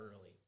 early